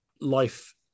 life